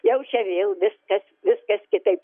jau čia vėl viskas viskas kitaip